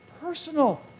personal